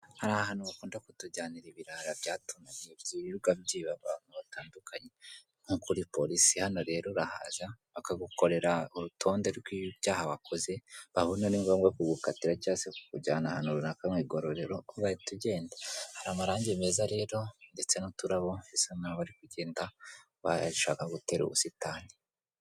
Hari ahantu bakunda kutujyanira ibirara byatumye byirirwa byiba abantu batandukanye nko kuri polisi, hano rero urahaza bakagukorera urutonde rw'ibyaha wakoze, babona ari ngombwa kugukatira cyangwa kukujyana ahantu runaka mu igororero ugahita ugenda. Hari amarangi meza rero ndetse n'uturabo bisa na ho bari kugenda bashaka gutera ubusitani.